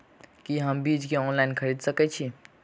की हम बीज केँ ऑनलाइन खरीदै सकैत छी?